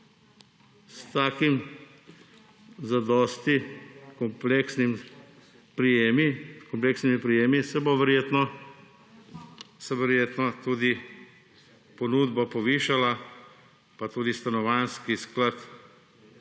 S takimi zadosti kompleksnimi prijemi se bo verjetno tudi ponudba povišala, pa tudi Stanovanjski sklad